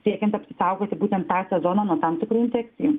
siekiant apsisaugoti būtent tą sezoną nuo tam tikrų infekcijų